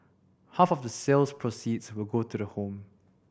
half of the sales proceeds will go to the home